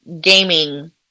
gaming